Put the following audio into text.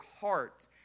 heart